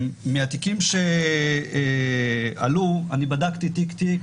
מהתיקים שעלו אני בדקתי תיק תיק